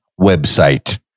website